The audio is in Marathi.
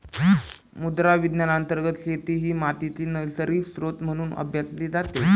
मृदा विज्ञान अंतर्गत शेती ही मातीचा नैसर्गिक स्त्रोत म्हणून अभ्यासली जाते